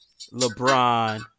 LeBron